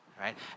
right